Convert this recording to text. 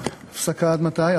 הפסקה עד מתי?